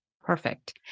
Perfect